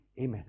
amen